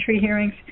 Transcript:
hearings